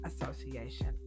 Association